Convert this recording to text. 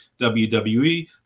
WWE